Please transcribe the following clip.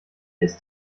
ist